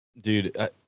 Dude